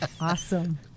Awesome